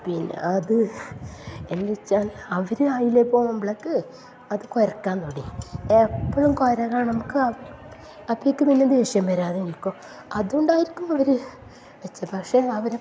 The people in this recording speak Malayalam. പിന്നെ അത് എന്ത് വെച്ചാൽ അവർ അതിലെ പോകുമ്പളേക്ക് അത് കുരക്കാൻ തുടങ്ങി എപ്പോളും കുര കാണുമ്പോഴൊക്കെ അവർക്ക് അപ്പോഴെക്ക് പിന്നെ ദേഷ്യം വരാതിരിക്കോ അതുകൊണ്ടായിരിക്കും അവർ വെച്ചത് പക്ഷേ അവർ പ